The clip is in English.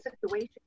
situation